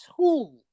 tool